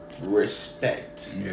respect